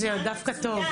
זה סימן מצוין.